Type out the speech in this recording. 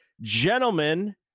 gentlemen